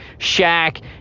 Shaq